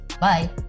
Bye